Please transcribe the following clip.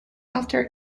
after